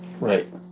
Right